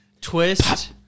twist